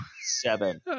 Seven